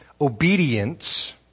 Obedience